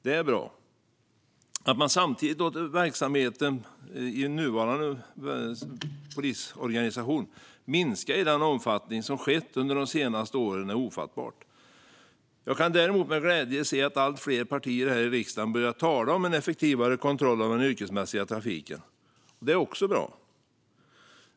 Det är bra. Att man samtidigt låter verksamheten i nuvarande polisorganisation minska i den omfattning som skett under de senaste åren är dock ofattbart. Jag kan däremot med glädje se att allt fler partier här i riksdagen börjar tala om en effektivare kontroll av den yrkesmässiga trafiken. Det är också bra.